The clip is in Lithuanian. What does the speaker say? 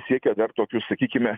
siekia dar tokius sakykime